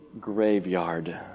graveyard